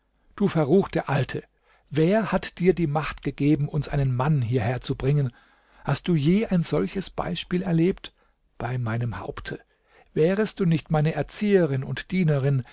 du verruchte alte wer hat dir die macht gegeben uns einen mann hierher zu bringen hast du je ein solches beispiel erlebt bei meinem haupte wärest du nicht meine erzieherin und dienerin